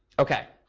ok.